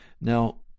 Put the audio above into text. Now